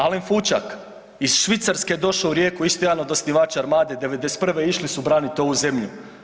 Alen Fučak iz Švicarske je došao u Rijeku, isto jedan od osnivača Armade, '91. išli su braniti ovu zemlju.